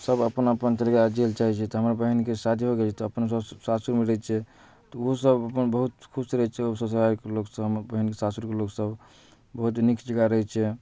सब अपन अपन तरीकासँ जीयै लै चाहैत छै तऽ हमर बहिनके शादी हो गेल तऽ अपन ओ सासुरमे रहैत छै तऽ ओ सब अपन बहुत खुश रहैत छै ओ ससुरालके लोक सब हमर बहिनके सासुरके लोक सब बहुत नीक जकाँ रहैत छै